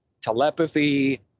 telepathy